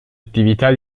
attività